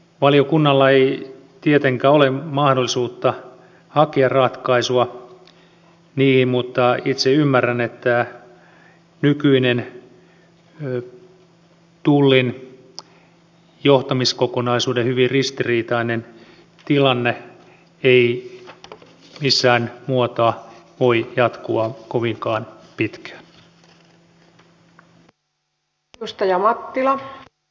valiokunnalla ei tietenkään ole mahdollisuutta hakea ratkaisua niihin mutta itse ymmärrän että nykyinen tullin johtamiskokonaisuuden hyvin ristiriitainen tilanne ei millään muotoa voi jatkua kovinkaan pitkään